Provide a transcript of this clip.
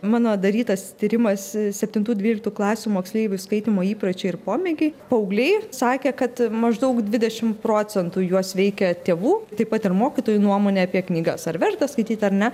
mano darytas tyrimas septintų dvyliktų klasių moksleivių skaitymo įpročiai ir pomėgiai paaugliai sakė kad maždaug dvidešim procentų juos veikia tėvų taip pat ir mokytojų nuomonė apie knygas ar verta skaityt ar ne